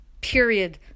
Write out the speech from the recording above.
period